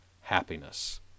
happiness